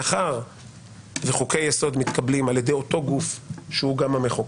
מאחר וחוקי יסוד מתקבלים על ידי אותו גוף שהוא גם המחוקק,